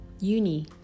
uni